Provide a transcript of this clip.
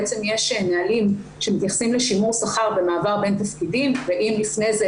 בעצם יש נהלים שמתייחסים לשימור שכר במעבר בין תפקידים ואם לפני זה